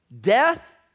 death